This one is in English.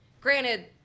Granted